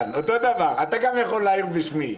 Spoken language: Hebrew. --- אתה גם יכול להעיר בשמי.